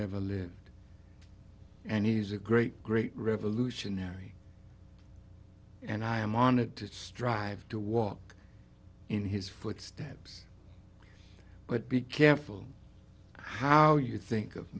ever lived and he's a great great revolutionary and i am honored to strive to walk in his footsteps but be careful how you think of